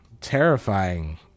terrifying